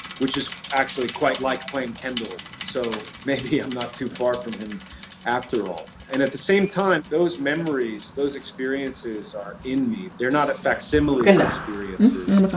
which is actually quite like playing kendall. so maybe i'm not too far from him after all. and at the same time, those memories, those experiences are in me. they're not a facsimile of experiences,